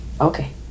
Okay